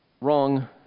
wrong